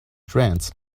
trance